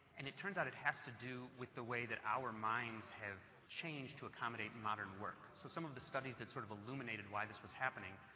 and it turns out it has to do with the way that our minds have changed to accommodate modern work. so some of the studies that sort of illuminated why this was happening.